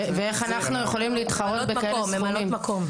ואיך אנחנו יכולים להתחרות בכאלה סכומים?